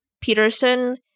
Peterson